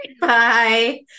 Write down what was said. bye